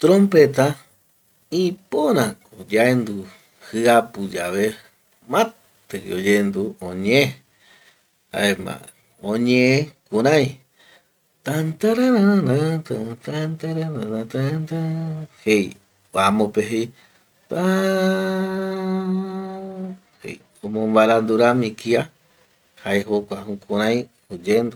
Trompeta ipörako yaendu jiapu yave mati oyendu oñee jaema oñee kurai tantarararara, tantarararara jei amope jei täaaaaaaa jei omombarandu rami kia jae jukurai oyendu